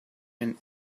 and